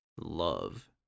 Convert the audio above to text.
Love